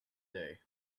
day